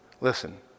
Listen